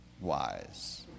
wise